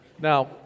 Now